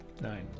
Nine